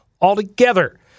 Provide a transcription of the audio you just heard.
altogether